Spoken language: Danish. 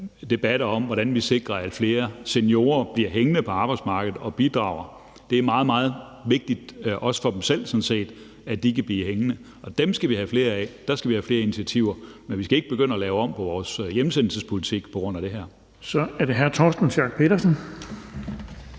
debatter om, hvordan vi sikrer, at flere seniorer bliver hængende på arbejdsmarkedet og bidrager. Det er meget, meget vigtigt, sådan set også for dem selv, at de kan blive hængende. Og dem skal vi have flere af. Der skal vi have flere initiativer. Men vi skal ikke begynde at lave om på vores hjemsendelsespolitik på grund af det her. Kl. 18:24 Den fg. formand